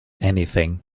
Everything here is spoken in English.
anything